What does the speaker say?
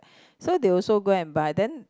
so they also go and buy then